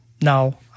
now